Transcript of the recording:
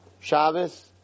Shabbos